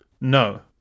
No